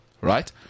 right